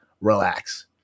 relax